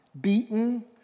beaten